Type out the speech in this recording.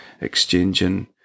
exchanging